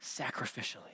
Sacrificially